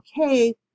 okay